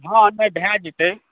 हँ नहि भए जेतैक